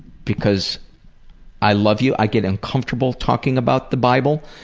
because i love you. i get uncomfortable talking about the bible